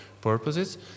purposes